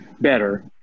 better